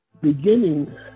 beginning